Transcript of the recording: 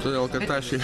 todėl kad tašėj